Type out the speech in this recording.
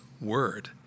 word